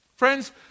Friends